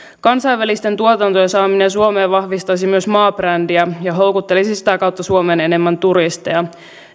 kansainvälisten tuotantojen saaminen suomeen vahvistaisi myös maabrändiä ja houkuttelisi sitä kautta suomeen enemmän turisteja